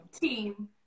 Team